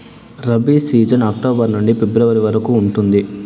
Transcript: rabi season October నుండి February వరకు ఉంటుంది